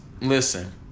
listen